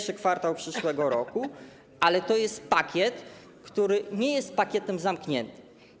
I kwartał przyszłego roku, ale to jest pakiet, który nie jest pakietem zamkniętym.